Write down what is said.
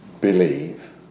believe